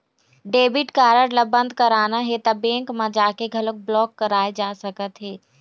debit card ल बंद कराना हे त बेंक म जाके घलोक ब्लॉक कराए जा सकत हे